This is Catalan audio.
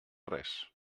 res